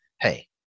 hey